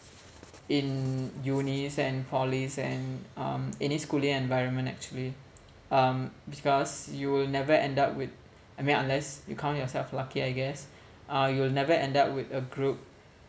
in unis and polys and um any schooling environment actually um because you will never end up with I mean unless you count yourself lucky I guess uh you will never end up with a group